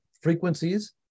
frequencies